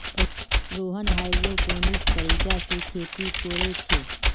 Rohan hydroponics तरीका से खेती कोरे छे